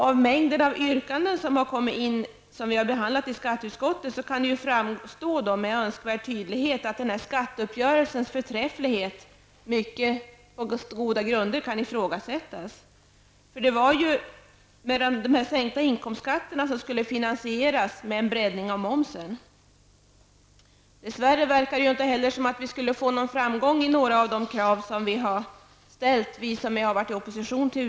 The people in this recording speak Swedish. Av mängden behandlade yrkanden i skatteutskottet framgår med önskvärd tydlighet att skatteuppgörelsens förträfflighet på goda grunder kan ifrågasättas. De sänkta inkomstskatterna skulle ju finansieras genom en breddning av momsen. Dess värre förefaller det som om oppositionen inte får gehör för några av sina krav.